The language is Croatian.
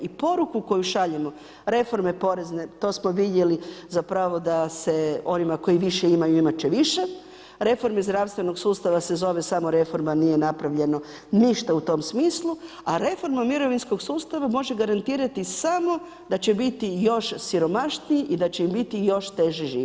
I poruku koju šaljemo reforme porezne to smo vidjeli zapravo da se onima koji više imaju imat će više, reforme zdravstvenog sustava se zove samo reforma nije napravljeno ništa u tom smislu, a reforma mirovinskog sustava može garantirati samo da će biti još siromašniji i da će im biti još teže